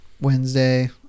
Wednesday